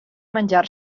menjar